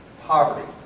Poverty